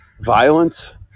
violence